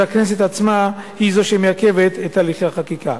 הכנסת עצמה היא זו שמעכבת את הליכי החקיקה.